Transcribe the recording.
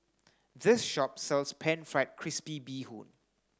this shop sells pan fried crispy Bee Hoon